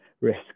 risk